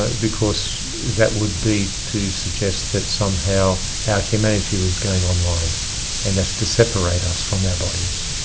ah because that would be to suggest that somehow our humanity was going online and that's to separate us from our bodies.